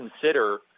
consider